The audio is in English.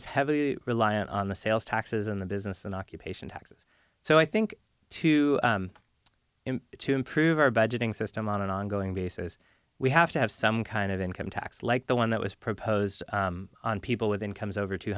is heavily reliant on the sales taxes on the business and occupation taxes so i think to improve our budgeting system on an ongoing basis we have to have some kind of income tax like the one that was proposed on people with incomes over two